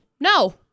No